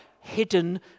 hidden